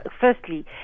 Firstly